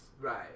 Right